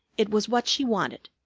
it was what she wanted.